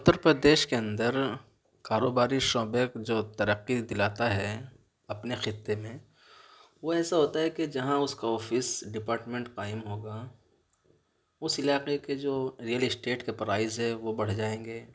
اُتر پردیش کے اندر کاروباری شعبے جو ترقی دلاتا ہے اپنے خطّے میں وہ ایسا ہوتا ہے کہ جہاں اُس کا آفس ڈپارٹمینٹ قاٮٔم ہوگا اُس علاقے کے جو ریئل اسٹیٹ کے پرائز ہیں وہ بڑھ جائیں گے